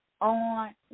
on